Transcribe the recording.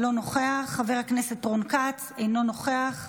אינו נוכח, חבר הכנסת רון כץ, אינו נוכח,